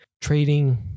Trading